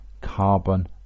carbon